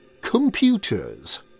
computers